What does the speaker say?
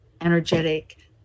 energetic